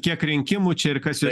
kiek rinkimų čia ir kas juos